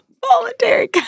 Voluntary